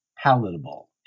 palatable